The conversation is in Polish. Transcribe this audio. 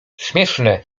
śmieszne